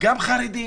גם חרדים,